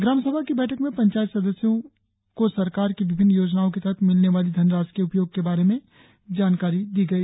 ग्राम सभा की बैठक में पंचायत सदस्यों को सरकार की विभिन्न योजनाओं के तहत मिलने वाली धनराशि के उपयोग के बारे में जानकारी दी गई